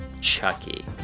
Chucky